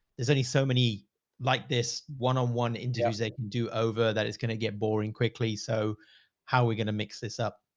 there's only so many like this one on one interviews they can do over that. it's going to get boring quickly. so how are we going to mix this up?